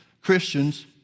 Christians